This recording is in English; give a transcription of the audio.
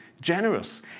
generous